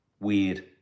weird